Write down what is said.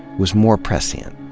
was more prescient.